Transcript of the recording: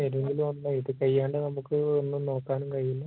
ഉണ്ട് ഇത് കഴിയാണ്ട് നമുക്ക് ഒന്നും നോക്കാനും കഴിയില്ല